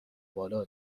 بالا